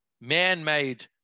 man-made